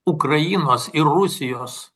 ukrainos ir rusijos